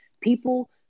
People